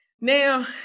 Now